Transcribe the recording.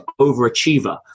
overachiever